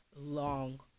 long